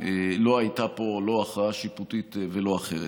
לא הייתה פה לא הכרעה שיפוטית ולא אחרת.